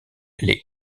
les